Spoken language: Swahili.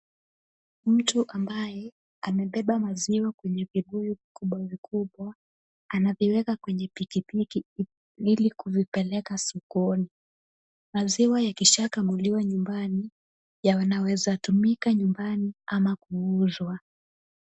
Mtu ambaye amebeba maziwa kwenye vibuyu vikubwa vikubwa, anaviweka kwenye pikipiki ili kuvipeleka sokoni. Maziwa yakisha kamuliwa nyumbani yanaweza tumika nyumbani ama kuuzwa.